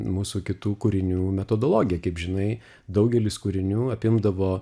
mūsų kitų kūrinių metodologiją kaip žinai daugelis kūrinių apimdavo